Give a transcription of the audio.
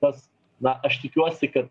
tas na aš tikiuosi kad